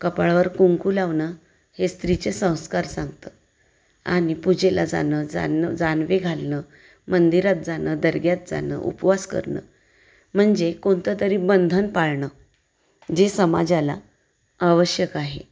कपाळावर कुंकू लावणं हे स्त्रीचे संस्कार सांगतं आणि पूजेला जाणं जाणं जानवे घालणं मंदिरात जाणं दर्ग्यात जाणं उपवास करणं म्हणजे कोणतं तरी बंधन पाळणं जे समाजाला आवश्यक आहे